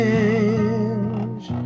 Change